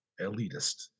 elitist